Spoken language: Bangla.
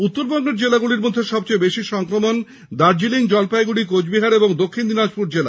উত্তরবঙ্গের জেলাগুলির মধ্যে সবচেয়ে বেশি সংক্রমণ দার্জিলিং জলপাইগুড়ি কোচবিহার ও দক্ষিণ দিনাজপুরে